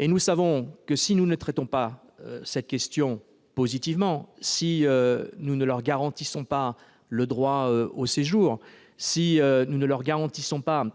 or nous savons que, si nous ne traitons pas cette question positivement, si nous ne leur garantissons pas le droit au séjour ou leurs acquis sociaux,